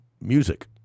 Music